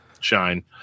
shine